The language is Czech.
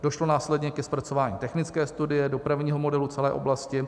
Došlo následně ke zpracování technické studie, dopravního modelu celé oblasti.